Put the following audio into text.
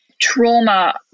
trauma